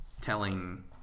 telling